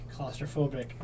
claustrophobic